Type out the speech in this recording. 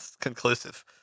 conclusive